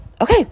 Okay